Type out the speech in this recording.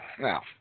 Now